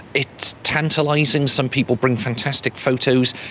it's tantalising. some people bring fantastic photos.